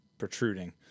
protruding